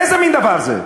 איזה מין דבר זה?